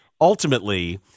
ultimately